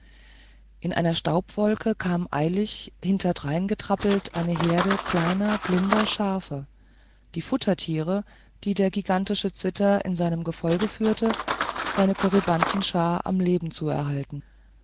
in einer staubwolke kam eilig hinterdreingetrappelt eine herde kleiner blinder schafe die futtertiere die der gigantische zwitter in seinem gefolge führte seine korybantenschar am leben zu erhalten